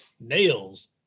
nails